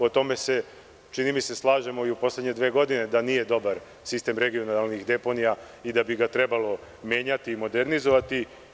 O tome se, čini mi se slažemo, da u poslednje dve godine nije dobar sistem regionalnih deponija i da bi ga trebalo menjati i modernizovati.